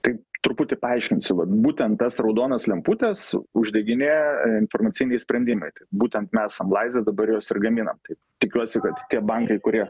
tai truputį paaiškinsiu vat būtent tas raudonas lemputes uždeginėja informaciniai sprendimai tai būtent mes mlaise dabar juos ir gaminam tai tikiuosi kad tie bankai kurie